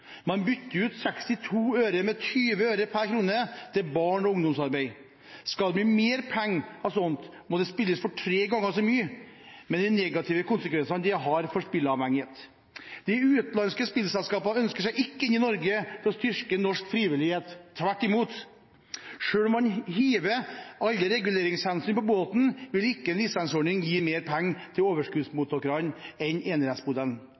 Man «bytter ut» 62 øre med 20 øre per krone til barne- og ungdomsarbeid. Skal det bli mer penger av slikt, må det spilles for tre ganger så mye, med de negative konsekvensene det har for spilleavhengighet. De utenlandske spillselskapene ønsker seg ikke inn i Norge for å styrke norsk frivillighet – tvert imot. Selv om man hiver alle reguleringshensyn på båten, vil ikke en lisensordning gi mer penger til overskuddsmottakerne enn enerettsmodellen.